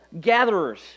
gatherers